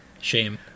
Shame